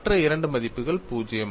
மற்ற இரண்டு மதிப்புகள் 0